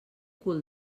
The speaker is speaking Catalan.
cul